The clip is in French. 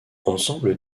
ensemble